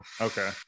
okay